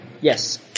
Yes